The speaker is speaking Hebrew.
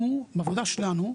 אנחנו, בעבודה שלנו,